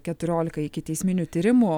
keturiolika ikiteisminių tyrimų